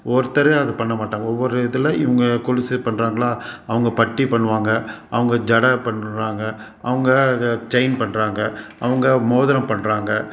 ஒருத்தரே அதை பண்ண மாட்டாங்க ஒவ்வொரு இதில் இவங்க கொலுசு பண்ணுறாங்களா அவங்க பட்டி பண்ணுவாங்க அவங்க ஜடை பண்ணுறாங்க அவங்க அதை செயின் பண்ணுறாங்க அவங்க மோதிரம் பண்ணுறாங்க